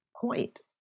point